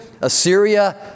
Assyria